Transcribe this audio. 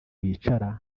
bicara